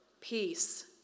peace